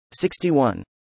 61